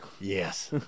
Yes